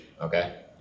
Okay